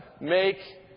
Make